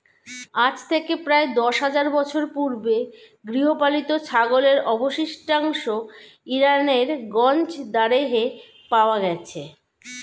আজ থেকে দশ হাজার বছর পূর্বে গৃহপালিত ছাগলের অবশিষ্টাংশ ইরানের গঞ্জ দারেহে পাওয়া গেছে